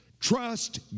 Trust